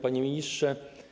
Panie Ministrze!